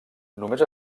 només